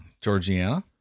Georgiana